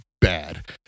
bad